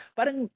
Parang